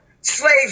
slaves